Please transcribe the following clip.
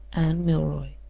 anne milroy.